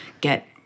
get